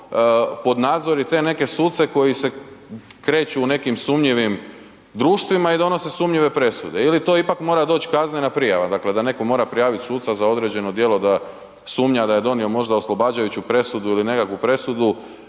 pod nadzor i te neke suce koji se kreću u nekim sumnjivim društvima i donose sumnjive presude ili to ipak mora doć kaznena prijava, dakle da neko mora prijavit suca za određeno djelo da sumnja da je donio možda oslobađajuću presudu ili nekakvu presudu